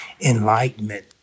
enlightenment